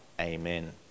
Amen